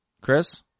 chris